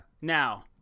Now